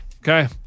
Okay